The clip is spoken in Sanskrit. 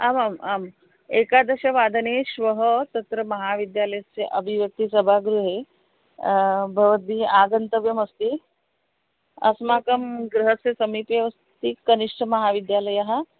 आमाम् आम् एकादशवादने श्वः तत्र महाविद्यालयस्य अभिव्यक्तिसभागृहे भवद्भिः आगन्तव्यमस्ति अस्माकं गृहस्य समीपेव अस्ति कनिष्ठः महाविद्यालयः